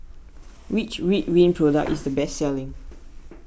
which Ridwind product is the best selling